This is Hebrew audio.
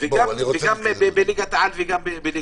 וגם בליגת העל.